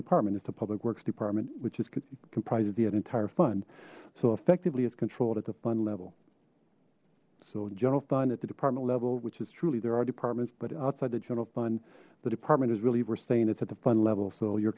department is the public works department which is comprises the entire fund so effectively is controlled at the fun level so general fund at the department level which is truly there are departments but outside the general fund the department is really we're saying it's at the fun level so you're